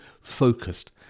focused